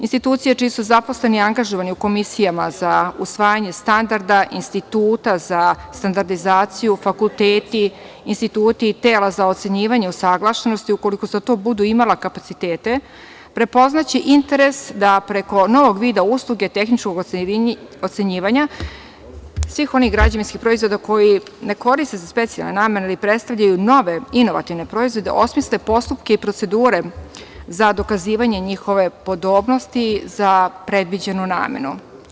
Institucije čiji su zaposleni angažovani u komisijama za usvajanje standarda Instituta za standardizaciju, fakulteti, instituti i tela za ocenjivanje usaglašenosti, ukoliko za to budu imala kapacitete, prepoznaće interes da preko novog vida usluge tehničkog ocenjivanja svih onih građevinskih proizvoda koji se ne koriste za specijalne namene ili predstavljaju nove inovativne proizvode, osmisle postupke i procedure za dokazivanje njihove podobnosti za predviđenu namenu.